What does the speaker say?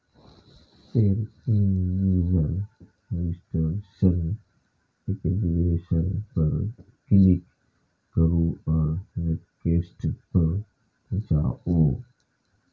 फेर new user registration, activation पर click करू आ नेक्स्ट पर जाउ